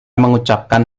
mengucapkan